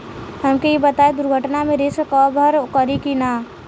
हमके ई बताईं दुर्घटना में रिस्क कभर करी कि ना?